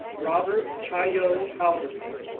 robert chaiyo halvorsen,